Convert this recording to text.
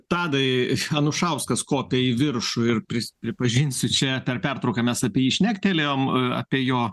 tadai anušauskas kopia į viršų ir prisi pripažinsiu čia per pertrauką mes apie jį šnektelėjom apie jo